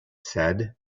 said